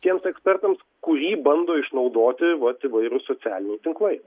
tiems ekspertams kurį bando išnaudoti vat įvairūs socialiniai tinklai